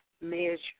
measure